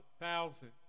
thousands